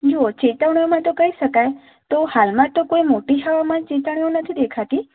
જુઓ ચેતવણીમાં તો કહી શકાય તો હાલમાં તો કો્ઈ મોટી હવામાન ચેતવણી નથી દેખાતી